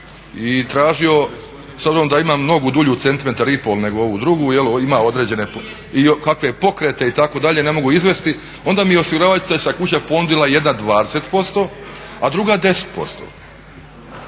i tražio s obzirom da imam nogu dulju centimetar i pol nego ovu drugu, ima određene, kakve pokrete itd., ne mogu izvesti, onda mi je osiguravajuća kuća ponudila jedna 20% a druga 10%.